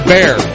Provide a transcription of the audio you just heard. Bear